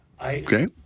okay